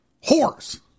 Horse